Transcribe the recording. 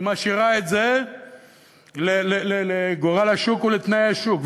היא משאירה את זה לגורל השוק ולתנאי השוק.